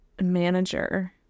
manager